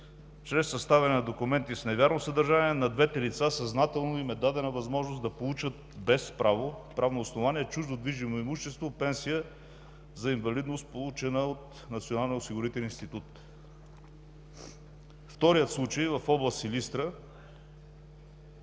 чрез съставяне на документи с невярно съдържание на двете лица съзнателно им е дадена възможност да получат без правно основание чуждо движимо имущество – пенсия за инвалидност, получена от Националния осигурителен институт.